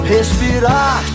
Respirar